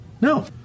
No